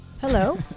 Hello